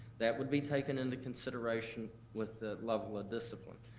that would be taken into consideration with the level of discipline.